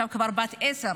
עכשיו היא כבר בת עשר.